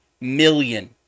million